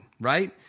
right